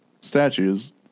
statues